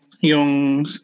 yung